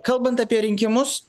kalbant apie rinkimus